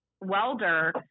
welder